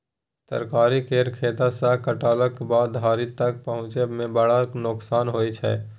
तरकारी केर खेत सँ कटलाक बाद थारी तक पहुँचै मे बड़ नोकसान होइ छै